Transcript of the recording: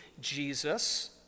Jesus